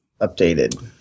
Updated